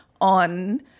on